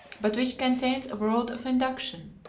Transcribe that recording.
but which contains a world of induction.